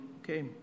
Okay